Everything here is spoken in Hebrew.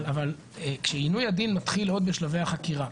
אבל כשעינוי הדין מתחיל עוד בשלבי החקירה,